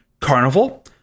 Carnival